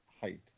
height